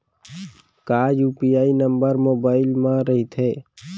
का UPI number mobile म रहिथे?